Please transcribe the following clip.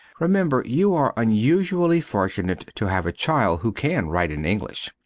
remember you are unusually fortunate to have a child who can write in english.